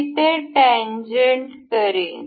मी ते टेंजेन्ट करीन